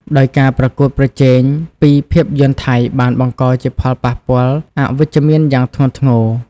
ដោយការប្រកួតប្រជែងពីភាពយន្តថៃបានបង្កជាផលប៉ះពាល់អវិជ្ជមានយ៉ាងធ្ងន់ធ្ងរ។